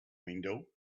window